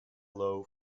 low